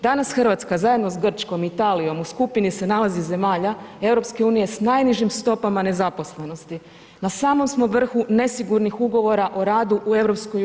Danas Hrvatska zajedno sa Grčkom, Italijom u skupini se nalazi zemalja EU sa najnižim stopama nezaposlenim, na samom smo vrhu nesigurnih ugovora o radu u EU.